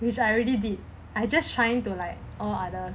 because I already did I just trying to like all others